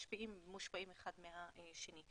משפיעים ומושפעים אחד מהשני.